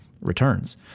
returns